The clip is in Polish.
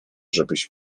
żebyś